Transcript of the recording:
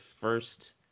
first